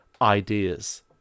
ideas